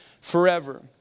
forever